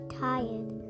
tired